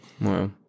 Wow